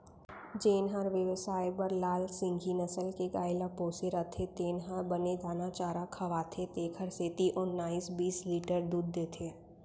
जेन हर बेवसाय बर लाल सिंघी नसल के गाय ल पोसे रथे तेन ह बने दाना चारा खवाथे तेकर सेती ओन्नाइस बीस लीटर दूद देथे